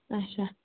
اَچھا